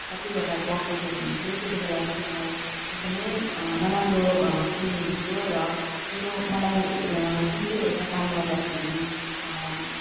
कतिवटा क्लासेसहरू हुन्थ्यो त्यतिबेला चाहिँ मलाई एकदमै नराम्रो फिल हुन्थ्यो र मेरो मलाई जुन चाहिँ एउटा काम गर्दाखेरि